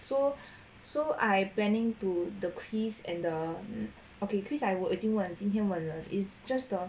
so so I planning do the quiz and the okay cause I 已经问今天问了 is the the